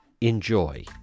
enjoy